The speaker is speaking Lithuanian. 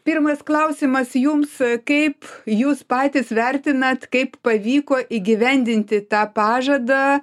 pirmas klausimas jums kaip jūs patys vertinat kaip pavyko įgyvendinti tą pažadą